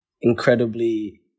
incredibly